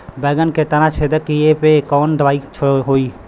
बैगन के तना छेदक कियेपे कवन दवाई होई?